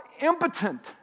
impotent